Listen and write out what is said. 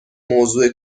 موضوع